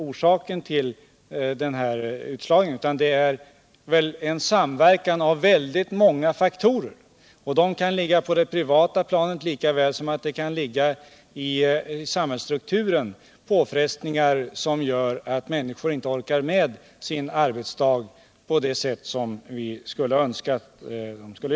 Den beror oftast på en samverkan mellan väldigt många olika faktorer. De kan ligga på det privata planet likaväl som de kan bero på samhällsstrukturen — påfrestningar som gör att människor inte orkar med sin arbetsdag så som vi skulle önska att de gjorde.